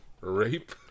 Rape